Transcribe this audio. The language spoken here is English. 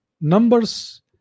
Numbers